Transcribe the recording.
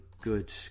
good